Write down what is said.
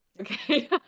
Okay